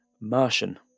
Martian